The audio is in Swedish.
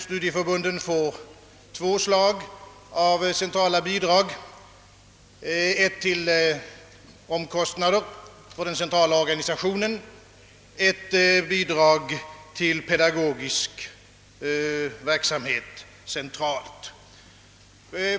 Studieförbunden får två slag av centrala bidrag — ett till omkostnader för den centrala organisationen och ett till den pedagogiska verksamheten.